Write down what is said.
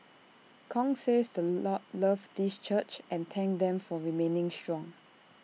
Kong says the Lord loves this church and thanked them for remaining strong